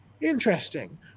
Interesting